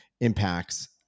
impacts